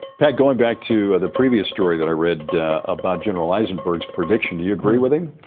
pat, going back to the previous story that i read about general eisenberg's prediction, do you agree with him?